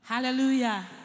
hallelujah